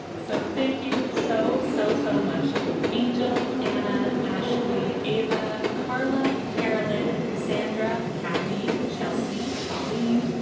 so thank you. so so so much to angel, anna, ashley, ava, carla, carolyn, cassandra, cathy chelsea colleen,